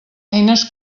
eines